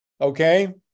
Okay